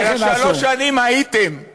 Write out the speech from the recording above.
על שלוש השנים הייתם.